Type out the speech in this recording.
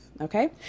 okay